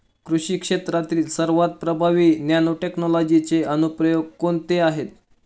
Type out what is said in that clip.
कृषी क्षेत्रातील सर्वात प्रभावी नॅनोटेक्नॉलॉजीचे अनुप्रयोग कोणते आहेत?